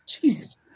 Jesus